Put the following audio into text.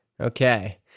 Okay